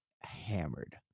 hammered